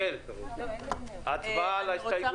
אנחנו בשלב של הצבעה על ההסתייגויות.